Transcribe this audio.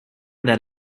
that